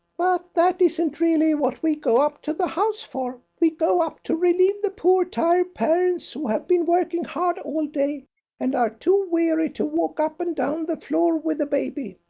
but that isn't really what we go up to the house for. we go up to relieve the poor tired parents who have been working hard all day and are too weary to walk up and down the floor with the baby.